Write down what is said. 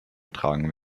getragen